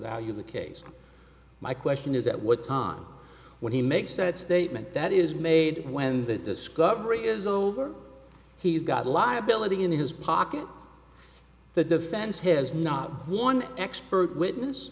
value of the case my question is at what time when he makes a statement that is made when the discovery is over he's got a lot ability in his pocket the defense has not one expert witness